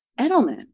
Edelman